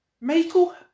Michael